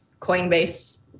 Coinbase